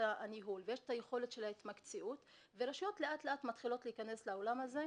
איחוד רשויות שבאמת יאפשר לרשויות המקומיות לאכוף את הסמכויות שלהן,